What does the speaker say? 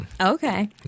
Okay